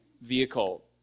vehicle